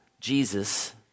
Jesus